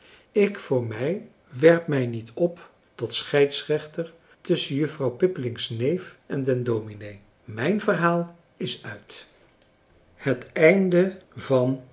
ik voor mij werp mij niet op tot scheidsrechter tusschen juffrouw pippeling's neef en den dominee mijn verhaal is uit